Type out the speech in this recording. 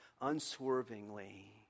unswervingly